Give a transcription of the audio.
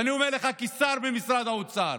ואני אומר לך כשר במשרד האוצר,